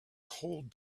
cold